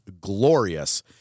glorious